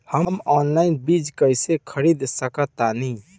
हम ऑनलाइन बीज कईसे खरीद सकतानी?